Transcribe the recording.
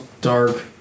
dark